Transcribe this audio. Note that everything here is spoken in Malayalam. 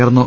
ഉയർന്നു